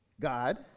God